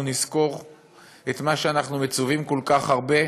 נזכור את מה שאנחנו מצווים כל כך הרבה,